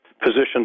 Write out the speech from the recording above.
positions